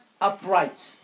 upright